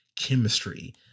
chemistry